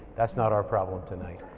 that's not our problem tonight.